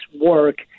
work